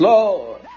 Lord